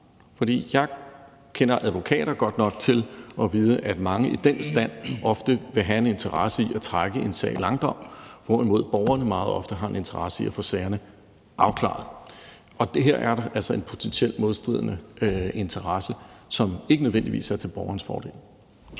for jeg kender advokater godt nok til at vide, at mange i den stand ofte vil have en interesse i at trække en sag i langdrag, hvorimod borgerne meget ofte har en interesse i at få sagerne afklaret. Og her er der altså en potentiel modstridende interesse, som ikke nødvendigvis er til borgerens fordel.